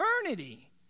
eternity